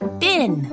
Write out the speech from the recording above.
bin